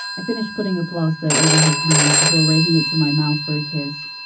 i finished putting a plaster over his hand before raising it to my mouth for a kiss.